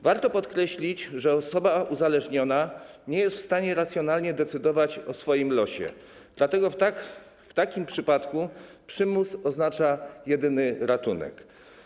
Warto podkreślić, że osoba uzależniona nie jest w stanie racjonalnie decydować o swoim losie, dlatego w takim przypadku przymus oznacza jedyny ratunek.